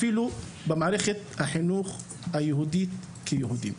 אפילו במערכת החינוך היהודית כיהודית.